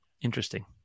interesting